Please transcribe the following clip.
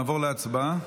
נעבור להצבעה.